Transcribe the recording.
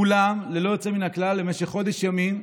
כולם ללא יוצא מן הכלל, למשך חודש ימים,